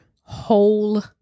whole